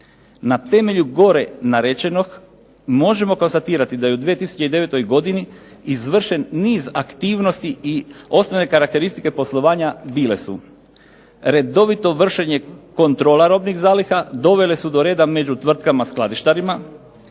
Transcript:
Na temelju gore narečenog možemo konstatirati da je u 2009. godini izvršen niz aktivnosti i osnovne karakteristike poslovanja bile su: redovito vršenje kontrola robnih zaliha, dovele su do reda među tvrtkama skladištarima,